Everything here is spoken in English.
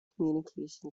communication